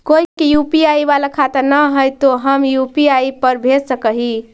कोय के यु.पी.आई बाला खाता न है तो हम यु.पी.आई पर भेज सक ही?